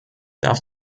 darf